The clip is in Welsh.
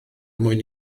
mwyn